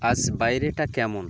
আজ বাইরেটা কেমন